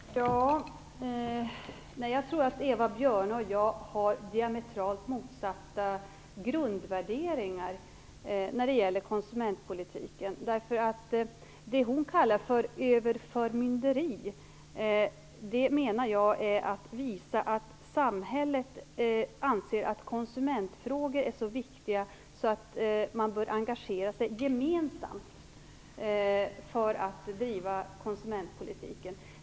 Fru talman! Jag tror att Eva Björne och jag har diametralt motsatta grundvärderingar när det gäller konsumentpolitiken. Det som hon kallar förmynderi menar jag är ett sätt för samhället att visa att konsumentfrågor är så viktiga att man bör engagera sig gemensamt för att driva en konsumentpolitik.